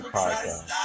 Podcast